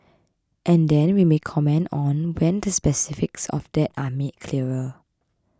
and then we may comment on when the specifics of that are made clearer